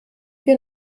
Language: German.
wir